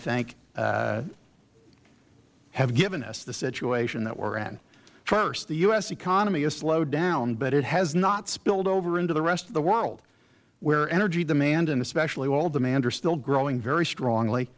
think have given us the situation that we are in first the u s economy has slowed down but it has not spilled over into the rest of the world where energy demand and especially oil demand are still growing very strongly